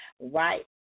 right